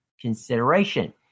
consideration